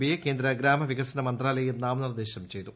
പിയെ കേന്ദ്ര ഗ്രാമവികസന മന്ത്രാലയം നാമനിർദ്ദേശം ചെയ്തു